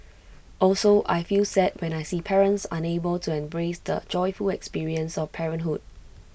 also I feel sad when I see parents unable to embrace the joyful experience of parenthood